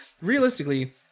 realistically